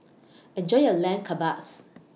Enjoy your Lamb Kebabs